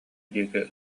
диэки